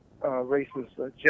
racist